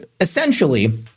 essentially